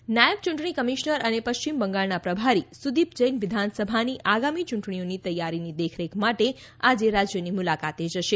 બંગાળ નાયબ ચ્રંટણી કમિશનર અને પશ્ચિમ બંગાળના પ્રભારી સુદીપ જૈન વિધાનસભાની આગામી યૂંટણીઓની તૈયારીની દેખરેખ માટે આજે રાજ્યની મુલાકાતે જશે